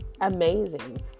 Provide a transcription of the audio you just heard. amazing